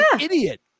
idiot